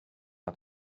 att